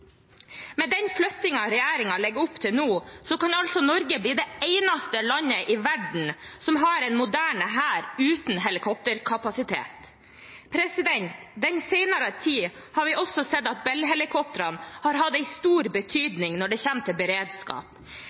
Med den flyttingen regjeringen legger opp til nå, kan Norge bli det eneste landet i verden som har en moderne hær uten helikopterkapasitet. I den senere tid har vi også sett at Bell-helikoptrene har hatt en stor betydning når det gjelder beredskap.